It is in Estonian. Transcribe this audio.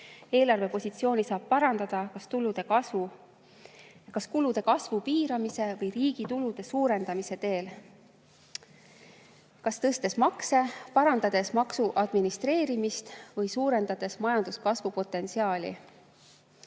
Eelarvepositsiooni saab parandada kas kulude kasvu piiramise või riigi tulude suurendamise teel, kas tõstes makse, parandades maksude administreerimist või suurendades majanduskasvu potentsiaali.